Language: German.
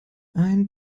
ein